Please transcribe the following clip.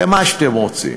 למה שאתם רוצים,